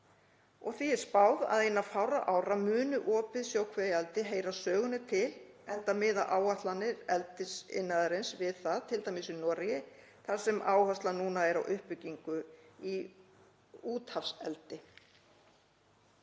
Því er spáð að innan fárra ára muni opið sjókvíaeldi heyra sögunni til enda miða áætlanir eldisiðnaðarins við það, t.d. í Noregi þar sem áherslan núna er á uppbyggingu í úthafseldi.